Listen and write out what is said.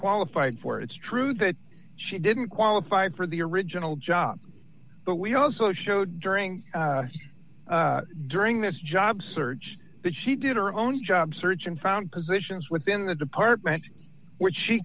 qualified for it's true that she didn't qualified for the original job but we also showed during during this job search that she did her own job search and found positions within the department which she